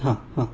हां हां